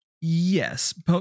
yes